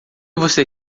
você